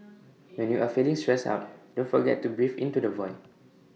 when you are feeling stressed out don't forget to breathe into the void